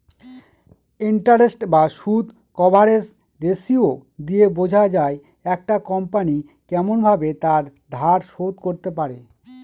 interest বা সুদ coverage ratio দিয়ে বোঝা যায় একটা কোম্পনি কেমন ভাবে তার ধার শোধ করতে পারে